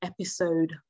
episode